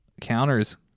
Counters